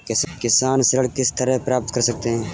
किसान ऋण किस तरह प्राप्त कर सकते हैं?